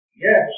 Yes